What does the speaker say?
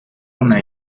una